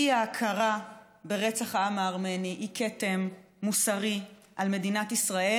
האי-הכרה ברצח העם הארמני היא כתם מוסרי על מדינת ישראל